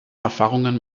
erfahrungen